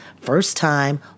first-time